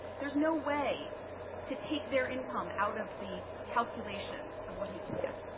there is no way to take their income out of the calculation of what he could get.